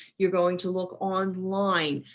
you're going to look online,